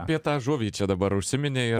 apie tą žuvį čia dabar užsiminei ir